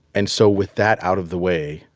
and so with that out of the way,